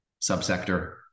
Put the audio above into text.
subsector